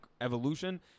evolution